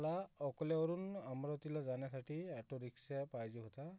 मला अकोल्यावरून अमरावतीला जाण्यासाठी ॲटो रिक्षा पाहिजे होता